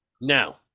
Now